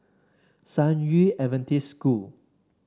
San Yu Adventist School